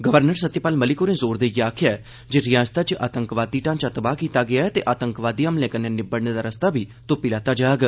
governor Satyapal Malik होरें ज़ोर देइयै आक्खेआ ऐ जे रियासतै च आतंकवादी ढांचा तबाह करी दित्ता गेआ ऐ ते आतंकवादी हमलें कन्नै निब्बड़ने दा रस्ता बी तुप्पी लैता जाग